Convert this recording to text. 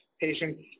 patients